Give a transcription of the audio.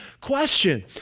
Question